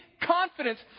confidence